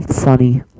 Funny